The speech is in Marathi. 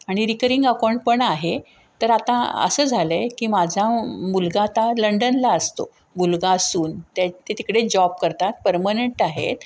आणि रिकरिंग अकाऊंट पण आहे तर आता असं झालं आहे की माझा मुलगा आता लंडनला असतो मुलगा सून त्या ते तिकडे जॉब करतात परमनंट आहेत